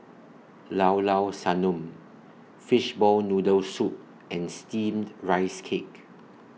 Llao Llao Sanum Fishball Noodle Soup and Steamed Rice Cake